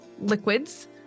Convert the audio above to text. liquids